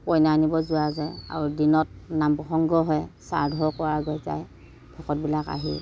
কইনা আনিব যোৱা যায় আৰু দিনত নাম প্ৰসঙ্গ হয় শ্ৰাদ্ধ কৰা যায় ভকতবিলাক আহি